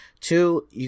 Two